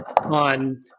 on